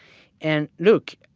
and look,